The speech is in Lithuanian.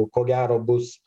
ko gero bus